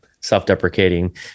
self-deprecating